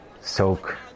soak